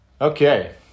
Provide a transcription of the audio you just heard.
Okay